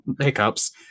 hiccups